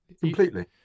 Completely